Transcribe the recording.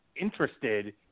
interested